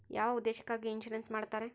ಯಾವ ಉದ್ದೇಶಕ್ಕಾಗಿ ಇನ್ಸುರೆನ್ಸ್ ಮಾಡ್ತಾರೆ?